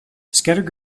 scattered